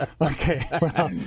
Okay